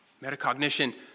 Metacognition